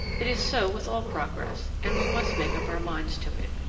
it is so with all progress, and we must make up our minds to it.